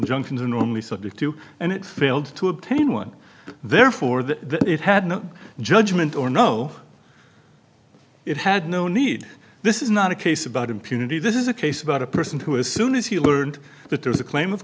are normally subject to and it failed to obtain one therefore that it had no judgment or no it had no need this is not a case about impunity this is a case about a person who is soon as he learned that there is a claim of